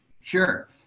Sure